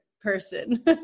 person